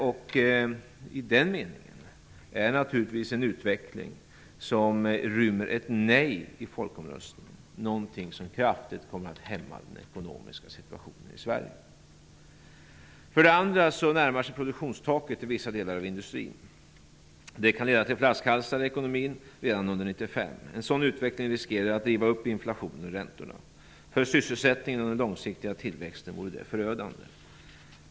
I den meningen är en utveckling som rymmer ett nej i folkomröstningen naturligtvis någonting som kraftigt kommer att hämma den ekonomiska situationen i Sverige. För det andra närmar sig produktionstaket i vissa delar av industrin. Det kan leda till flaskhalsar i ekonomin redan under 1995. En sådan utveckling riskerar att driva upp inflationen och räntorna. För sysselsättningen och den långsiktiga tillväxten vore det förödande.